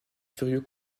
furieux